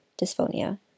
dysphonia